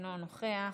אינו נוכח,